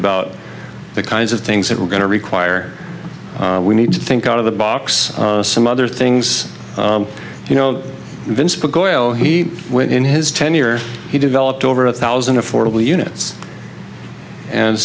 about the kinds of things that we're going to require we need to think out of the box some other things you know he went in his tenure he developed over a thousand affordable units and